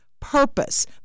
purpose